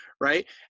right